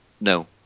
No